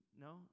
No